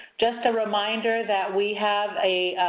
just a reminder that we have a